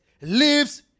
lives